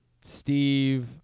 Steve